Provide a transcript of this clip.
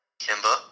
Kimba